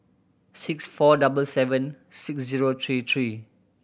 six four double seven six zero three three